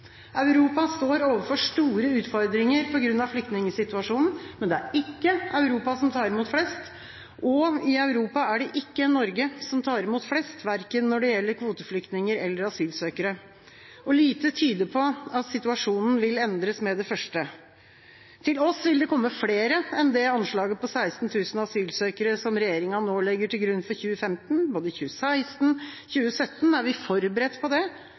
Europa står overfor store utfordringer på grunn av flyktningsituasjonen, men det er ikke Europa som tar imot flest, og i Europa er det ikke Norge som tar imot flest verken når det gjelder kvoteflyktninger eller asylsøkere. Lite tyder på at situasjonen vil endres med det første. Til oss vil det komme flere enn det anslaget på 16 000 asylsøkere som regjeringa nå legger til grunn for 2015 – både i 2016 og i 2017. Er vi forberedt på det?